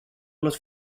los